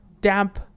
damp